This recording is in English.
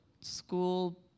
school